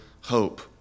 hope